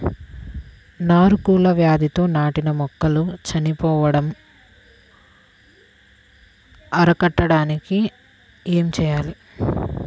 నారు కుళ్ళు వ్యాధితో నాటిన మొక్కలు చనిపోవడం అరికట్టడానికి ఏమి చేయాలి?